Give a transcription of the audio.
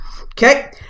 Okay